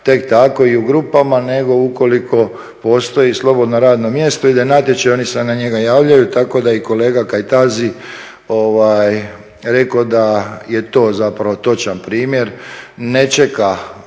tek tako i u grupama nego ukoliko postoji slobodno radno mjesto, ide natječaj, oni se na njega javljaju, tako da i kolega Kajtazi rekao da je to zapravo točan primjer. Ne čeka